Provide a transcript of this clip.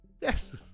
Yes